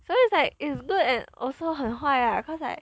so it's like it's good and also 很坏 ah cause like